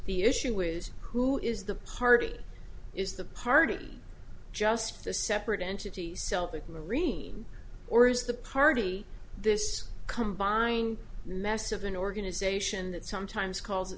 the issue is who is the party is the party just a separate entity celtic marine or is the party this combined mess of an organization that sometimes call